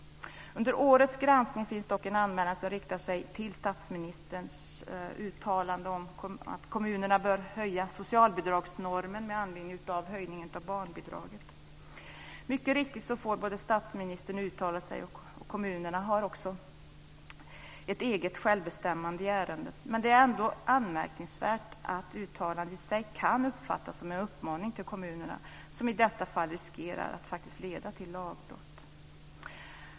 I årets granskning finns dock en anmälan som handlar om statsministerns uttalande om att kommunerna bör höja socialbidragsnormen med anledning av höjningen av barnbidraget. Det är riktigt att statsministern får uttala sig. Kommunerna har också ett eget självbestämmande i ärendet. Men det är ändå anmärkningsvärt att uttalandet i sig kan uppfattas som en uppmaning till kommunerna som i detta fall riskerar att leda till lagbrott.